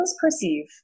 perceive